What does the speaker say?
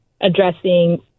addressing